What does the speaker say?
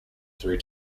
three